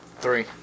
Three